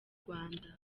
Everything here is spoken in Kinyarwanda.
rwanda